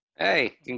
Hey